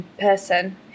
Person